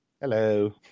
Hello